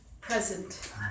present